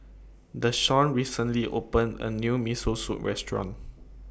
Deshawn recently opened A New Miso Soup Restaurant